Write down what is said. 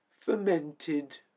fermented